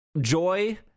joy